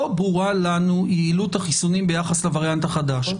לא ברורה לנו יעילות החיסונים ביחס לווריאנט החדש.